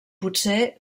potser